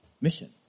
mission